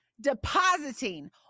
depositing